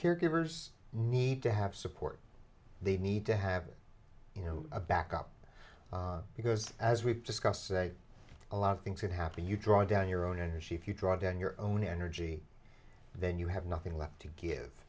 caregivers need to have support they need to have you know a backup because as we've discussed a lot of things that happen you draw down your own energy if you draw down your own energy then you have nothing left to give